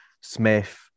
Smith